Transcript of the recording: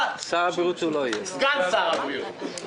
סגן שר הבריאות.